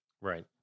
Right